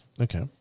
Okay